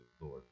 Lord